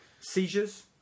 Seizures